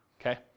okay